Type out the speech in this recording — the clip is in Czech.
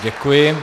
Děkuji.